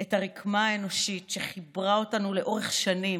את הרקמה האנושית שחיברה אותנו לאורך שנים,